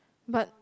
but